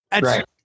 Right